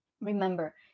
Remember